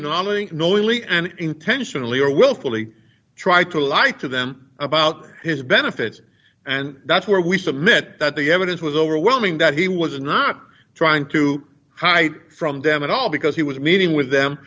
think knowingly and intentionally or willfully try to lie to them about his benefits and that's where we submit that the evidence was overwhelming that he was not trying to hide from them and all because he was meeting with them